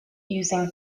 using